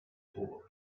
before